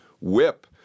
whip